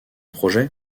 projet